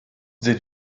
did